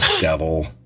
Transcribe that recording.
devil